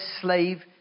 slave